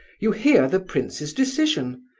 you hear the prince's decision?